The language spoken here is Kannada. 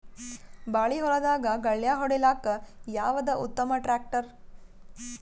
ಬಾಳಿ ಹೊಲದಾಗ ಗಳ್ಯಾ ಹೊಡಿಲಾಕ್ಕ ಯಾವದ ಉತ್ತಮ ಟ್ಯಾಕ್ಟರ್?